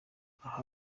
aha